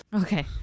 Okay